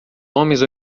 homens